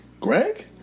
Greg